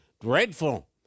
dreadful